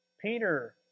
Peter